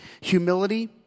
Humility